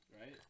right